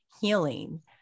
healing